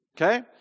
okay